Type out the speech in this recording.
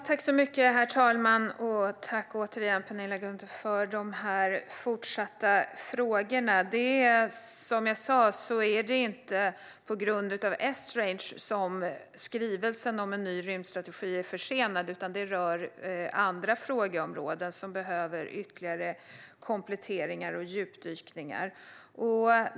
Herr talman! Tack för de fortsatta frågorna, Penilla Gunther! Som jag sa är det inte på grund av Esrange som skrivelsen om en ny rymdstrategi är försenad, utan det rör andra områden som behöver ytterligare kompletteringar och djupdykningar.